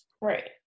Right